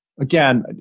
again